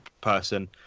person